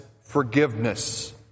forgiveness